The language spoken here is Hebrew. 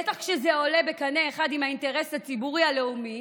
בטח כשזה עולה בקנה אחד עם האינטרס הציבורי הלאומי,